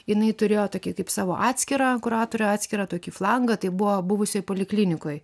jinai turėjo tokį kaip savo atskirą kuratorių atskirą tokį flangą tai buvo buvusioj poliklinikoj